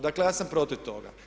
Dakle ja sam protiv toga.